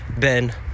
Ben